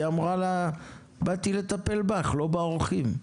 היא אמרה לה באתי לטפל בך לא באורחים.